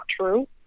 true